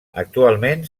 actualment